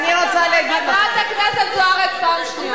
חברת הכנסת זוארץ, פעם שנייה.